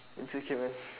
it's okay man